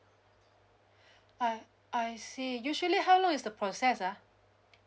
I I see usually how long is the process ah